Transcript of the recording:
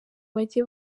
bajye